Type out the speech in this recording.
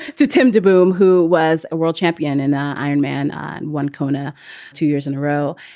to tim de boum, who was a world champion and iron man on one cona two years in a row.